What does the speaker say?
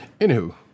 anywho